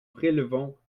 prélevons